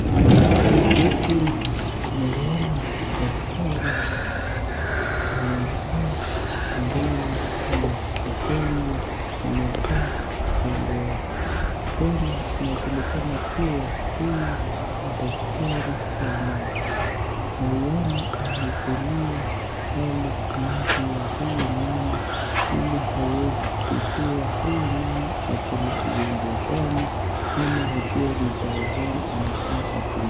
Huku tunamwona daktari amekaa mbele na mgonjwa amekaa kando yake. Tena inajulikana kuwa huyu ni daktari wa macho. Tunamwona ameangalia ndani ya macho ya huyu mama ili aweze kujua huyo mama ako na ugonjwa gani ama ajue ni dawa gani anafaa atumie.